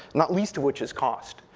not least to which is cost.